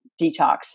detox